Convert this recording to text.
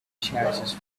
chances